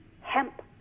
hemp